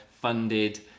funded